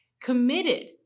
committed